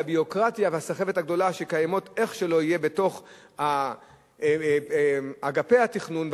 הביורוקרטיה והסחבת הגדולה שקיימים בתוך אגפי התכנון,